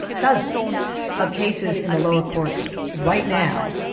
dozens of cases in the lower courts right now,